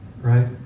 Right